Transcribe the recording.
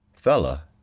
Fella